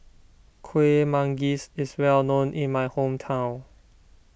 Kueh Manggis is well known in my hometown